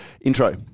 intro